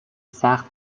سخت